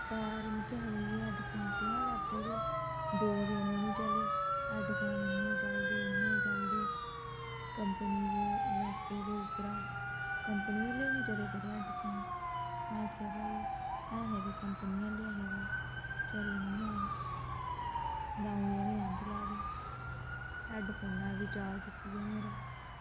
सारे मिकी आखदे कि हैडफोन कुत्थां लैते तोह् दो दिन बी नी चले हैडफोन इन्ने चलदे इन्ने चलदे कम्पनी दे लैते ते उप्परा कम्पनी आह्ले बी नी चले तेरे हैडफोन में आखेआ भाई ऐ हे ते कम्पनी आह्ले गै हे बा चले नी हैन दं'ऊ दिन गै न चला दे हैडफोना बी चाऽ चुक्की गेआ मेरा